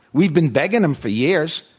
we've been begging them for years.